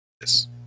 Yes